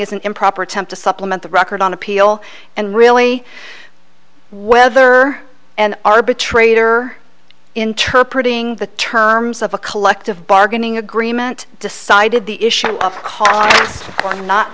an improper attempt to supplement the record on appeal and really whether an arbitrator interpret ing the terms of a collective bargaining agreement decided the issue of cause or not